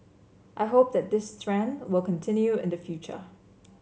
I hope that this trend will continue in the future